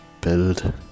build